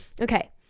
okay